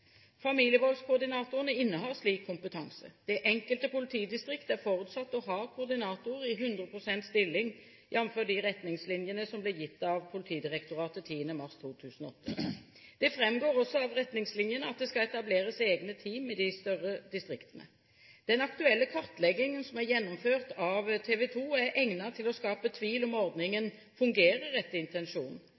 Familievoldskoordinatorene innehar slik kompetanse. Det enkelte politidistrikt er forutsatt å ha koordinatorer i 100 pst. stilling, jf. de retningslinjene som ble gitt av Politidirektoratet 10. mars 2008. Det framgår også av retningslinjene at det skal etableres egne team i de større distriktene. Den aktuelle kartleggingen som er gjennomført av TV 2, er egnet til å skape tvil om hvorvidt ordningen fungerer etter intensjonen.